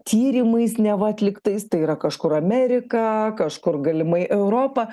tyrimais neva atliktais tai yra kažkur amerika kažkur galimai europa